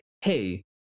hey